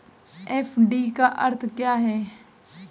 FD का अर्थ क्या है?